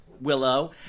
Willow